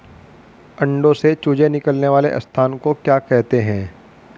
अंडों से चूजे निकलने वाले स्थान को क्या कहते हैं?